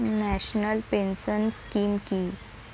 National pension scheme কি?